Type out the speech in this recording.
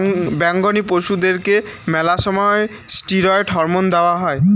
বেঙনি পশুদেরকে মেলা সময় ষ্টিরৈড হরমোন দেওয়া হই